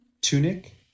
tunic